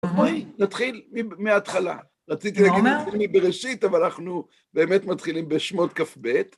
בואי נתחיל מההתחלה, רציתי להגיד את זה מבראשית, אבל אנחנו באמת מתחילים בשמות כף בית.